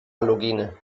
halogene